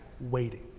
waiting